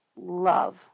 love